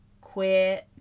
queer